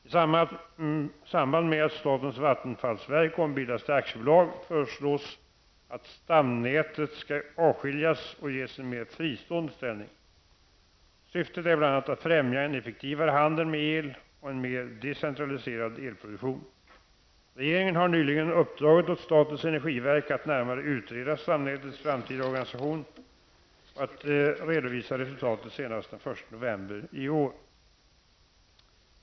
I samband med att statens vattenfallsverk ombildas till aktiebolag föreslås att stamnätet skall avskiljas och ges en mer fristående ställning. Syftet är bl.a. att främja en effektivare handel med el och en mer decentraliserad elproduktion. Regeringen har nyligen uppdragit åt statens energiverk att närmare utreda stamnätets framtida organisation och att redovisa resultatet senast den 1 november i år.